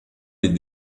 les